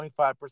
25%